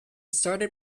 started